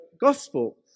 gospel